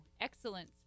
excellence